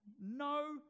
No